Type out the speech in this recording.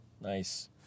nice